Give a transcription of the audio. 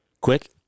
quick